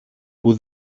που